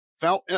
found